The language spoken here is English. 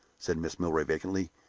said mrs. milroy, vacantly.